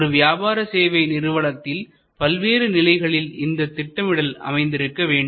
ஒரு வியாபார சேவை நிறுவனத்தில் பல்வேறு நிலைகளில் இந்த திட்டமிடல் அமைந்திருக்க வேண்டும்